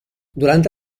durante